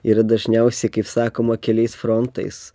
yra dažniausiai kaip sakoma keliais frontais